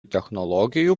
technologijų